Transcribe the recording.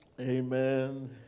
amen